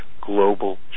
global